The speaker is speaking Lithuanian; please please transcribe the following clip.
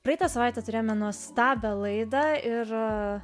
praeitą savaitę turėjome nuostabią laidą ir